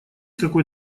какой